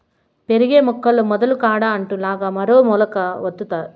పెరిగే మొక్కల్లో మొదలు కాడ అంటు లాగా మరో మొలక వత్తాది